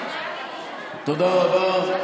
תודה רבה.